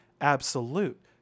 absolute